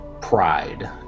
pride